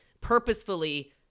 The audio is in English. purposefully